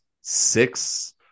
six